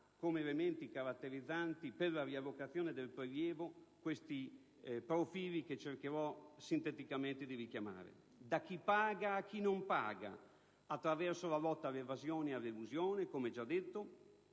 come elementi caratterizzanti per la riallocazione del prelievo alcuni profili che cercherò sinteticamente di richiamare. Da chi paga a chi non paga, attraverso la lotta all'evasione e all'elusione, come già detto,